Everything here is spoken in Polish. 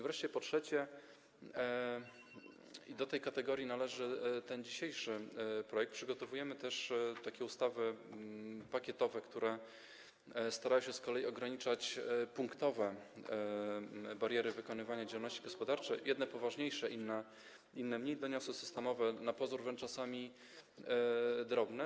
Wreszcie po trzecie - i do tej kategorii należy dzisiejszy projekt - przygotowujemy też ustawy pakietowe, które starają się z kolei ograniczać punktowe bariery wykonywania działalności gospodarczej, jedne poważniejsze, inne mniej doniosłe systemowo, na pozór czasami wręcz drobne.